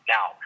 Now